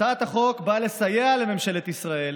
הצעת החוק באה לסייע לממשלת ישראל